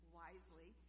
wisely